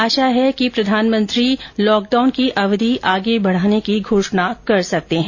आशा है कि प्रधानमंत्री इसकी अवधि आगे बढ़ाने की घोषणा कर सकते है